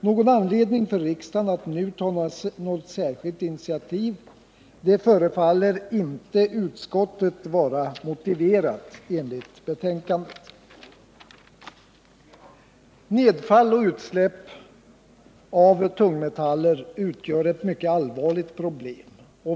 Någon anledning för riksdagen att nu ta något särskilt initiativ förefaller inte utskottet motiverad, enligt betänkandet. Nedfall och utsläpp av tungmetaller utgör ett mycket allvarligt problem.